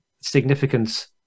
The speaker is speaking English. significance